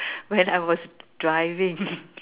when I was driving